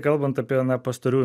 kalbant apie pastarųjų